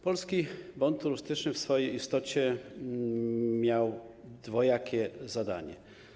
Polski Bon Turystyczny w swojej istocie miał dwojakie zadanie.